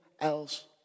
else